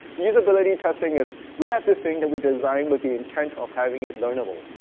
usability testing is we have this thing that we designed with the intent of having it learnable.